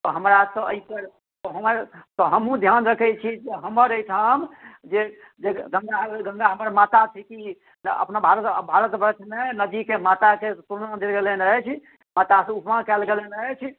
तऽ हमरा तऽ एहिपर तऽ हमर तऽ हमहूँ ध्यान रखैत छी कि जे हमर एहिठाम जे गङ्गा गङ्गा हमर माता थीक अपना भारत भारतवर्षमे नदीकेँ माताके उपमा देल गेल अछि मातासँ उपमा कयल गेलनि अछि